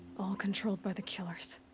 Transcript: all controlled by the killers.